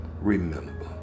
Remember